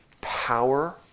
power